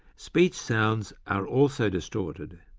speech sounds are also distorted,